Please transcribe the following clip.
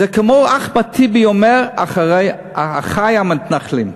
זה כמו שאחמד טיבי אומר: אחי המתנחלים.